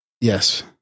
Yes